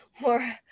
more